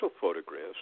photographs